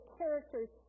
characters